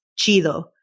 chido